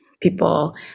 people